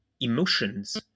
emotions